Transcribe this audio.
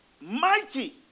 Mighty